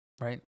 right